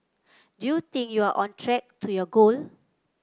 do you think you're on track to your goal